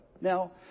Now